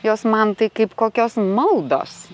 jos man tai kaip kokios maldos